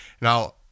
Now